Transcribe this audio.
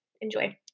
Enjoy